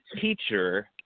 teacher